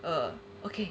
err okay